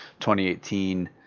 2018